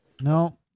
No